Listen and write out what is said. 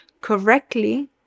correctly